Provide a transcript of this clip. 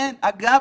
אגב,